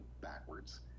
backwards